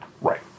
Right